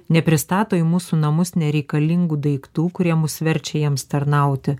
nepristato į mūsų namus nereikalingų daiktų kurie mus verčia jiems tarnauti